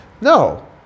no